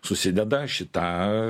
susideda šita